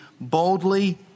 boldly